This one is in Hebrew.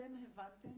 אתם הבנתם